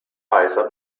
weiser